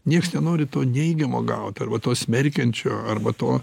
nieks nenori to neigiamo gaut arba to smerkiančio arba to